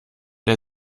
der